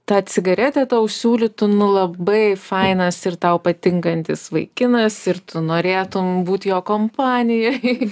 tą cigaretę tau siūlytų nu labai fainas ir tau patinkantis vaikinas ir tu norėtum būt jo kompanijoj